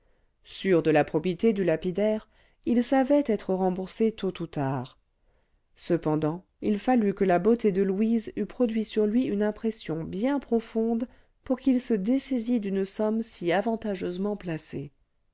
sûr de la probité du lapidaire il savait être remboursé tôt ou tard cependant il fallut que la beauté de louise eût produit sur lui une impression bien profonde pour qu'il se dessaisît d'une somme si avantageusement placée